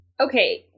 Okay